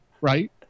right